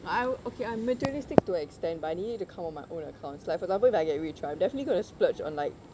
I okay I'm materialistic to an extent but I need it to come out from my own accounts like for example if I get really rich right I'm definitely gonna splurge on like